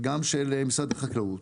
וגם של משרד החקלאות,